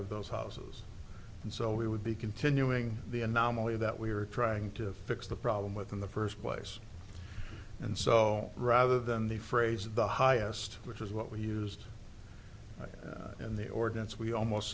of those houses and so we would be continuing the anomaly that we are trying to fix the problem with in the first place and so rather than the phrase of the highest which is what we used in the ordinance we almost